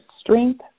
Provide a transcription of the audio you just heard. strength